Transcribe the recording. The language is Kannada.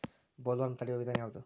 ಬೊಲ್ವರ್ಮ್ ತಡಿಯು ವಿಧಾನ ಯಾವ್ದು?